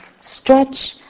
Stretch